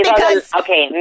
Okay